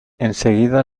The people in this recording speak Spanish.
enseguida